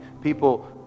people